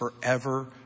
forever